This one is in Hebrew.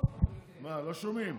לא שומעים.